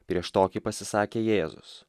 prieš tokį pasisakė jėzus